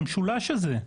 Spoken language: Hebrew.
במשולש הזה.